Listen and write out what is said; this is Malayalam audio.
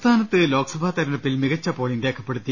സംസ്ഥാനത്ത് ലോക്സഭാ തെരഞ്ഞെടുപ്പിൽ മികച്ച പോളിംഗ് രേഖപ്പെടു ത്തി